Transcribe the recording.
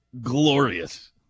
glorious